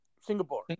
Singapore